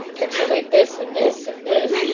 ah pixelate this and this and this.